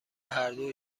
هردو